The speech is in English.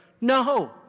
No